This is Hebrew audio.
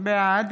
בעד